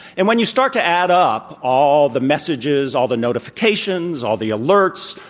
and when you start to add up all the messages, all the notifications, all the alerts,